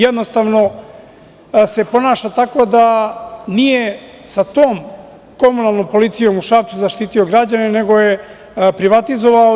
Jednostavno se ponaša tako da nije sa tom komunalnom policijom u Šapcu zaštitio građane nego je privatizovao.